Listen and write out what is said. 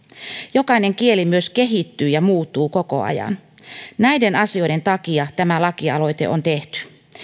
jokainen kieli myös kehittyy ja muuttuu koko ajan näiden asioiden takia tämä lakialoite on tehty